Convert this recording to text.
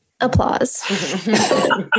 applause